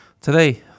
today